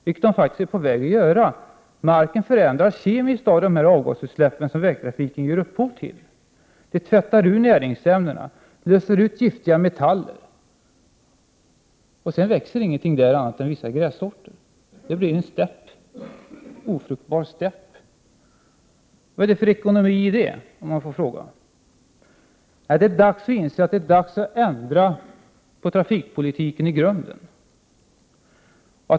Det är de faktiskt på väg att göra. Marken förändras kemiskt av de avgasutsläpp som vägtrafiken ger upphov till. De tvättar ur näringsämnen och löser ut giftiga metaller. Sedan växer ingenting utom vissa grässorter. Vi får en ofruktbar stäpp. Vad är det för ekonomi i det? Nej det är dags att inse att det är dags att i grunden ändra trafikpolitiken.